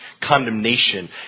condemnation